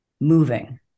moving